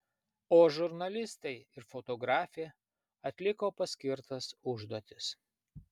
o žurnalistai ir fotografė atliko paskirtas užduotis